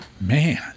Man